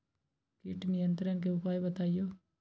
किट नियंत्रण के उपाय बतइयो?